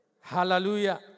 Hallelujah